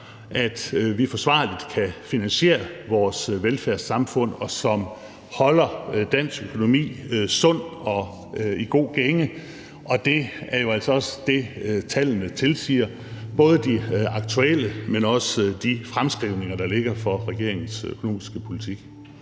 at vi forsvarligt kan finansiere vores velfærdssamfund, og som holder dansk økonomi sund og i god gænge. Det er jo altså også det, tallene tilsiger, både de aktuelle, men også de fremskrivninger, der ligger for regeringens økonomiske